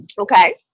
okay